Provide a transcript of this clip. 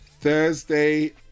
Thursday